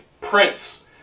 Prince